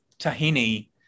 tahini